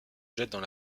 jettent